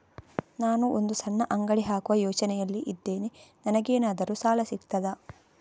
ನಾನು ಒಂದು ಸಣ್ಣ ಅಂಗಡಿ ಹಾಕುವ ಯೋಚನೆಯಲ್ಲಿ ಇದ್ದೇನೆ, ನನಗೇನಾದರೂ ಸಾಲ ಸಿಗ್ತದಾ?